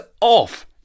off